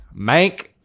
Mank